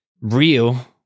real